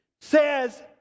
Says